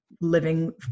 living